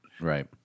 Right